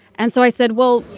and so i said, well,